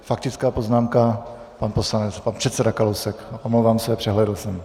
Faktická poznámka pan poslanec, pan předseda Kalousek, omlouvám se, přehlédl jsem.